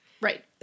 right